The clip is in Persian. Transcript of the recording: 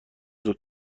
زود